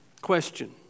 Question